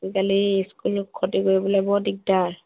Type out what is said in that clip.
আজিকালি ইস্কুল ক্ষতি কৰিবলৈ বৰ দিগদাৰ